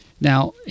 Now